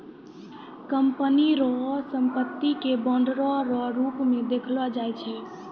company रो संपत्ति के बांडो रो रूप मे देखलो जाय छै